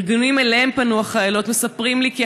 ארגונים שאליהם פנו החיילות מספרים לי כי